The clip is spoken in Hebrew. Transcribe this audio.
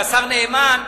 השר נאמן,